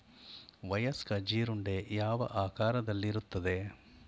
ವಯಸ್ಕ ಜೀರುಂಡೆ ಯಾವ ಆಕಾರದಲ್ಲಿರುತ್ತದೆ?